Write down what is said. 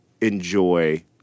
enjoy